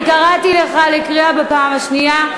אני קראתי לך לסדר בפעם השנייה.